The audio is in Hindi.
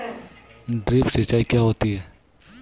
ड्रिप सिंचाई क्या होती हैं?